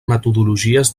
metodologies